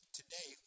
today